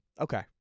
Okay